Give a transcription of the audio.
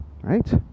right